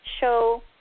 show